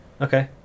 okay